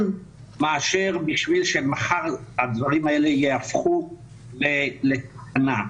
מאשר בשביל שמחר הדברים ייהפכו לטענה.